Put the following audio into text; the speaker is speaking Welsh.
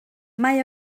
mae